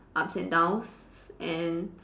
ups and downs and